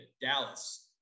Dallas